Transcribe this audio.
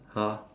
!huh!